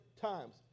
times